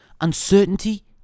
Uncertainty